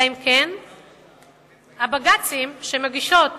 הבג"צים שמגישות